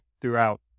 throughout